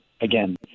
again